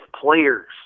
players